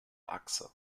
achse